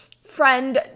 friend